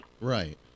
Right